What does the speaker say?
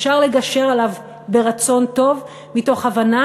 אפשר לגשר עליו ברצון טוב מתוך הבנה